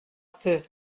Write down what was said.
peu